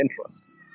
interests